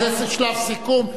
זה שלב סיכום.